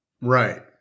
Right